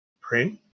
print